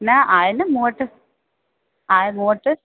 न आहे न मूं वटि आहे मूं वटि